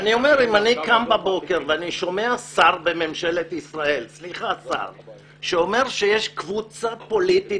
אם אני קם בבוקר ואני שומע שר בממשלת ישראל שאומר שיש קבוצה פוליטית